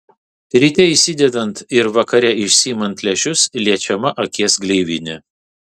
ryte įsidedant ir vakare išsiimant lęšius liečiama akies gleivinė